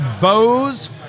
Bose